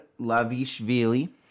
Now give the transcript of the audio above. Lavishvili